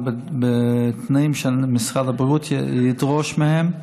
אבל בתנאים שמשרד הבריאות ידרוש מהם.